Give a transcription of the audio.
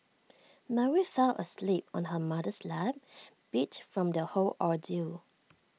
Mary fell asleep on her mother's lap beat from the whole ordeal